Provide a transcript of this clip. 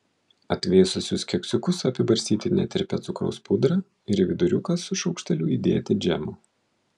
atvėsusius keksiukus apibarstyti netirpia cukraus pudra ir į viduriuką su šaukšteliu įdėti džemo